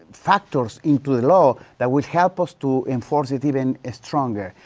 factors into law that will help us to enforce it even, ah, stronger.